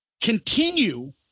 continue